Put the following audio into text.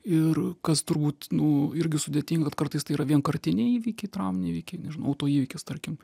ir kas turbūt nu irgi sudėtinga kad kartais tai yra vienkartiniai įvykiai trauminiai įvykiai nežinau autoįvykis tarkim